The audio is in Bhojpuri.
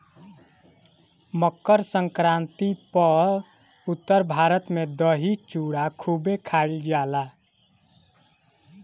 मकरसंक्रांति पअ उत्तर भारत में दही चूड़ा खूबे खईल जाला